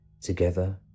together